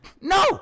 No